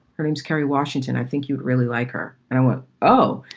her name's kerry washington. i think you'd really like her. and i went, oh.